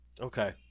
okay